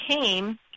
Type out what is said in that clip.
came